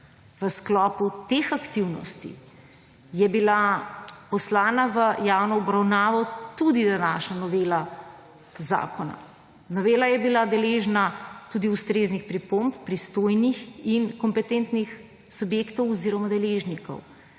V sklopu teh aktivnosti je bila poslana v javno obravnavo tudi današnja novela zakona. Novela je bila deležna tudi ustreznih pripomb pristojnih in kompetentnih subjektov oziroma deležnikov,